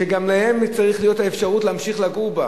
שגם להם צריכה להיות האפשרות להמשיך לגור בה.